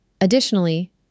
Additionally